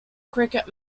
cricket